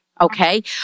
Okay